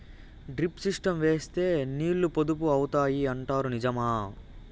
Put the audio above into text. Drip system వేస్తే నీళ్లు పొదుపు అవుతాయి అంటారు నిజమా?